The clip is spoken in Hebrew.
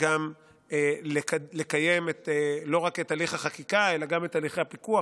וגם לקיים לא רק את הליך החקיקה אלא גם את הליכי הפיקוח,